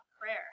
prayer